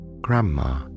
Grandma